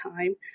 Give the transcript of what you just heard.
time